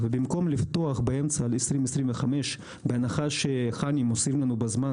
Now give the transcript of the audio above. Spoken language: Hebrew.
ובמקום לפתוח ב-2025 בהנחה שחנ"י מוסרים לנו בזמן